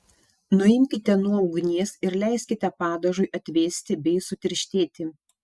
nuimkite nuo ugnies ir leiskite padažui atvėsti bei sutirštėti